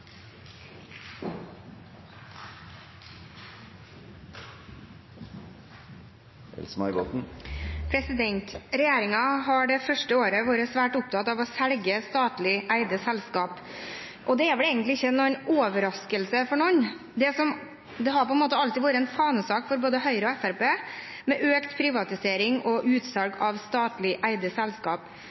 har det første året vært svært opptatt av å selge statlig eide selskaper, og det er vel egentlig ingen overraskelse for noen. Det har alltid vært en fanesak for både Høyre og Fremskrittspartiet med økt privatisering og utsalg av statlig eide